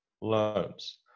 loans